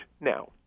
now